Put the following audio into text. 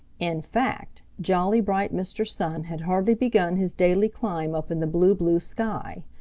in fact, jolly, bright mr. sun had hardly begun his daily climb up in the blue, blue sky.